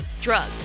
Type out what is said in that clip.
Drugs